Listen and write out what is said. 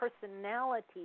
personality